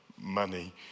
money